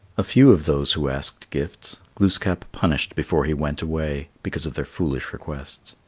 a few of those who asked gifts, glooskap punished before he went away, because of their foolish requests.